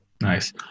Nice